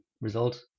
result